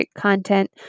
content